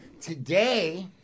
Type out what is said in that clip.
Today